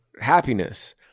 happiness